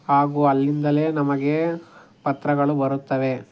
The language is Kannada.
ಹಾಗೂ ಅಲ್ಲಿಂದಲೇ ನಮಗೆ ಪತ್ರಗಳು ಬರುತ್ತವೆ